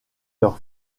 leur